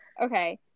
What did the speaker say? Okay